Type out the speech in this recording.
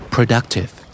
Productive